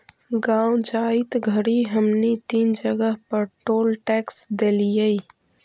गाँव जाइत घड़ी हमनी तीन जगह पर टोल टैक्स देलिअई